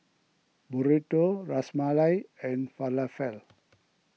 Burrito Ras Malai and Falafel